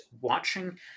watching